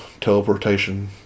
teleportation